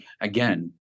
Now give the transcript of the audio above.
again